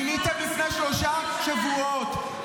מיניתם לפני שלושה שבועות.